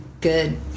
good